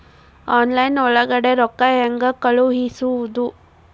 Online ಒಳಗಡೆ ರೊಕ್ಕ ಹೆಂಗ್ ಕಳುಹಿಸುವುದು?